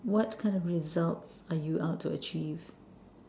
what kind of results are you out to achieve